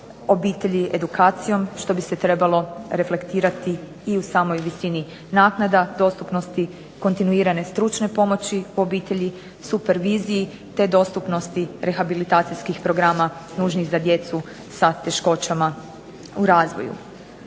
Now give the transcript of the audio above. obitelji edukacijom, što bi se trebalo reflektirati i u samoj visini naknada dostupnosti kontinuirane stručne pomoći u obitelji, superviziji, te dostupnosti rehabilitacijskih programa nužnih za djecu sa teškoćama u razvoju.